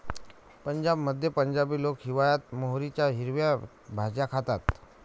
पंजाबमध्ये पंजाबी लोक हिवाळयात मोहरीच्या हिरव्या भाज्या खातात